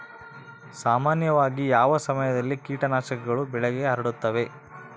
ಸಾಮಾನ್ಯವಾಗಿ ಯಾವ ಸಮಯದಲ್ಲಿ ಕೇಟನಾಶಕಗಳು ಬೆಳೆಗೆ ಹರಡುತ್ತವೆ?